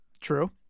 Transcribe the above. True